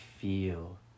feel